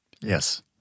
Yes